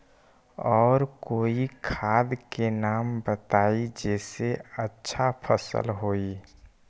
और कोइ खाद के नाम बताई जेसे अच्छा फसल होई?